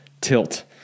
tilt